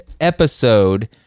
episode